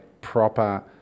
Proper